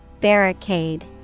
Barricade